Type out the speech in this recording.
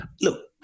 Look